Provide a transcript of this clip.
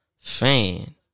fan